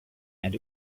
and